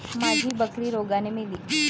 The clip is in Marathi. माझी बकरी रोगाने मेली